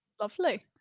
lovely